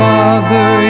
Father